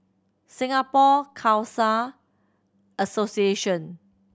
Singapore Khalsa Association